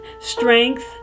strength